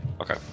Okay